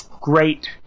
Great